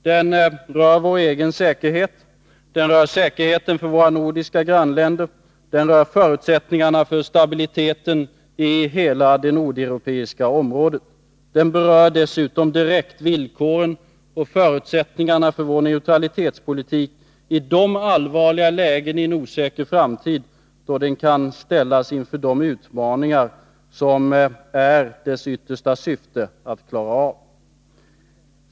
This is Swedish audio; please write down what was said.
Den rör vår egen säkerhet, och den rör säkerheten för våra nordiska grannländer, liksom också förutsättningarna för stabiliteten i hela det nordeuropeiska området. Dessutom berör den direkt villkoren och förutsättningarna för vår neutralitetspolitik i de allvarliga lägen i en osäker framtid, då den kan ställas inför de utmaningar som det är dess yttersta syfte att klara av.